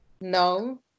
No